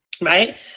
right